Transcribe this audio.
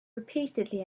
repeatedly